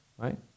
Right